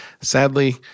Sadly